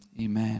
amen